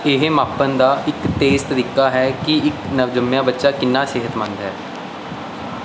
ਇਹ ਮਾਪਣ ਦਾ ਇੱਕ ਤੇਜ਼ ਤਰੀਕਾ ਹੈ ਕਿ ਇੱਕ ਨਵਜੰਮਿਆ ਬੱਚਾ ਕਿੰਨਾ ਸਿਹਤਮੰਦ ਹੈ